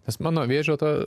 nes mano vėžio ta